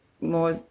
more